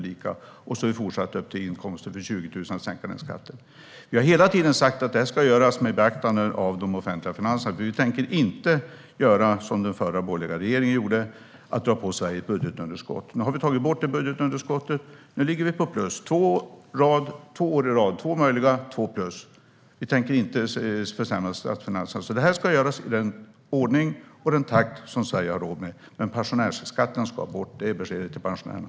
Sedan fortsätter det med sänkt skatt för pensionsinkomster upp till 20 000. Vi har hela tiden sagt att det här ska göras med beaktande av de offentliga finanserna, för vi tänker inte göra som den förra borgerliga regeringen gjorde när de drog på sig ett budgetunderskott. Nu har vi tagit bort det budgetunderskottet och ligger på plus två år i rad av två möjliga. Vi tänker inte försämra statsfinanserna, så det här ska göras i den ordning och takt som Sverige har råd med. Men pensionärsskatten ska bort - det är beskedet till pensionärerna.